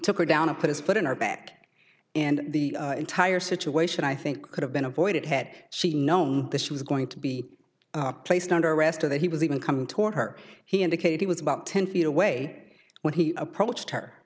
took her down and put his foot in our back and the entire situation i think could have been avoided had she known this was going to be placed under arrest or that he was even coming toward her he indicated he was about ten feet away when he approached her